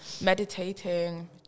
meditating